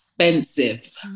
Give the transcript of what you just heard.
expensive